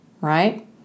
right